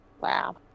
Wow